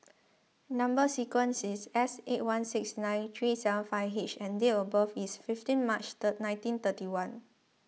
Number Sequence is S eight one six nine three seven five H and date of birth is fifteen March third nineteen thirty one